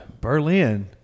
Berlin